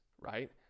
right